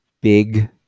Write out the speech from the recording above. big